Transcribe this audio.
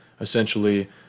essentially